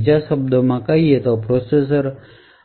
બીજા શબ્દોમાં કહીએ તો પ્રોસેસર